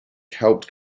helped